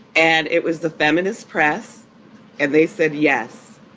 and it was the feminist press and they said yes.